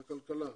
בכלכלה,